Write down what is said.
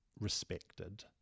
respected